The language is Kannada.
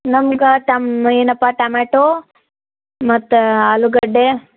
ನಮ್ಗ ಟಮ್ ಏನಪ್ಟ ಟಮಾಟೋ ಮತ್ತು ಆಲೂಗಡ್ಡೆ